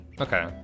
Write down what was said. okay